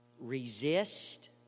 Resist